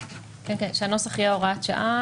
כן, שהנוסח יהיה הוראת שעה.